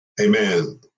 amen